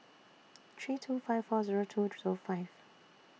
three two five four Zero two Zero five